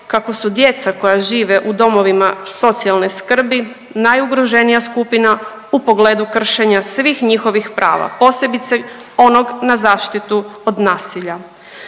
kako su djeca koja žive u domovima socijalne skrbi najugroženija skupina u pogledu kršenja svih njihovih prava posebice onog na zaštitu od nasilja